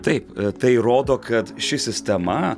taip tai rodo kad ši sistema